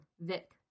Vic